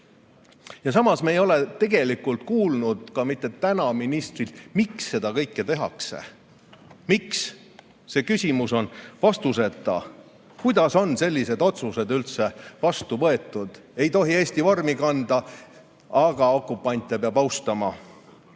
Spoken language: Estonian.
nimel. Samas me ei ole tegelikult kuulnud ka mitte täna ministrilt, miks seda kõike tehakse. Miks? See küsimus on vastuseta. Kuidas on sellised otsused üldse vastu võetud? Ei tohi Eesti vormi kanda, aga okupante peab austama!